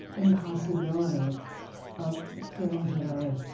impossibility of feeling heroic,